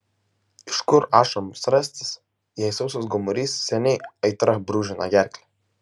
iš kur ašaroms rastis jei sausas gomurys seniai aitra brūžina gerklę